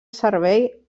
servei